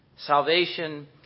Salvation